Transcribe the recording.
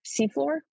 seafloor